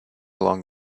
along